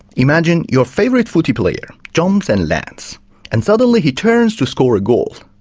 imagine your favourite footy player jumps and lands and suddenly he turns to score a goal.